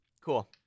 Cool